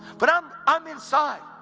but i'm i'm inside.